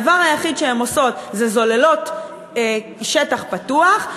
הדבר היחיד שהן עושות, הן זוללות שטח פתוח.